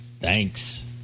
Thanks